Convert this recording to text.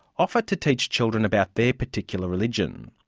offer to teach children about their particular religion.